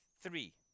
three